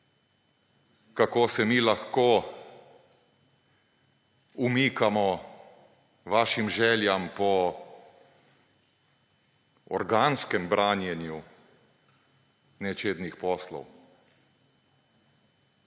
kako se mi lahko umikamo vašim željam po organskem branjenju nečednih poslov.